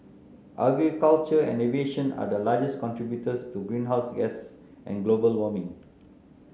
agriculture and aviation are the largest contributors to greenhouse gases and global warming